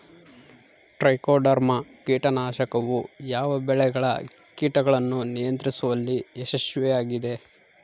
Trichoderma ಕೇಟನಾಶಕವು ಯಾವ ಬೆಳೆಗಳ ಕೇಟಗಳನ್ನು ನಿಯಂತ್ರಿಸುವಲ್ಲಿ ಯಶಸ್ವಿಯಾಗಿದೆ?